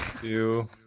two